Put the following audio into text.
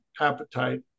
appetite